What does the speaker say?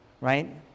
right